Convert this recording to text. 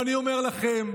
ואני אומר לכם: